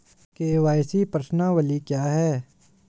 KYC प्रश्नावली क्या है?